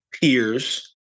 peers